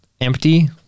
empty